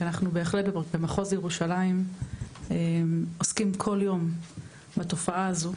כי אנחנו בהחלט במחוז ירושלים עוסקים כל יום בתופעה הזו,